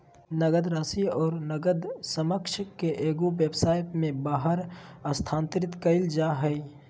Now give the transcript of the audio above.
नकद राशि और नकद समकक्ष के एगो व्यवसाय में बाहर स्थानांतरित कइल जा हइ